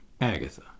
Agatha